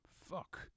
Fuck